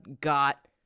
got